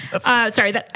Sorry